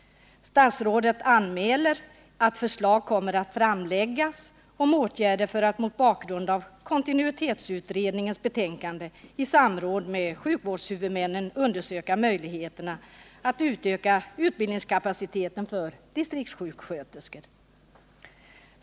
Statsrådet anmäler att förslag kommer att framläggas om åtgärder för att mot bakgrund av kontinuitetsutredningens betänkande i samråd med sjukvårdshuvudmännen undersöka möjligheterna att utöka utbildningskapaciteten för distriktssköterskor.